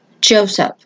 Joseph